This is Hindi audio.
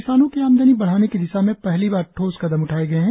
किसानों की आमदनी बढ़ाने की दिशा में पहली बार ठोस कदम उठाये गये हैं